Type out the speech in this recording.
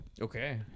Okay